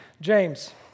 James